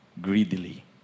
greedily